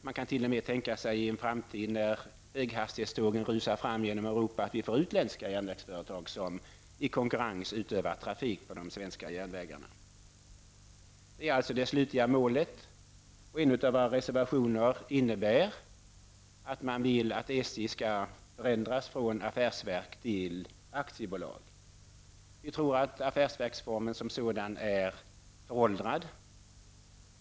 Man kan t.o.m., i en framtid när höghastighetstågen rusar fram genom Europa, tänka sig att vi får utländska järnvägsföretag, som i konkurrens utövar trafik på de svenska järnvägarna. Det är alltså det slutliga målet, och i en av våra reservationer föreslås att SJ förändras från affärsverk till aktiebolag. Vi tror att affärsverksformen som sådan är föråldrad.